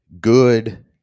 good